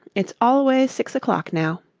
it's always six o'clock now